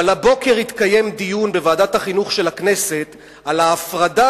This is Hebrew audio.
אבל הבוקר התקיים דיון בוועדת החינוך של הכנסת על ההפרדה